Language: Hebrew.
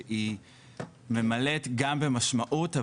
שהיא ממלאת גם במשמעות,